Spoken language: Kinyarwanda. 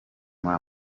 muri